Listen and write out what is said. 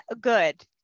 good